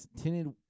tinted